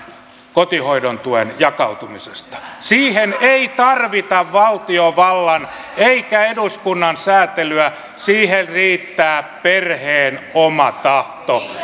kotihoidon tuen jakautumisesta siihen ei tarvita valtiovallan eikä eduskunnan säätelyä siihen riittää perheen oma tahto